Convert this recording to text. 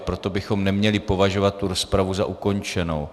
Proto bychom neměli považovat tu rozpravu za ukončenou.